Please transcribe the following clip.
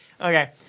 Okay